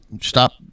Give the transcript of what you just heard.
stop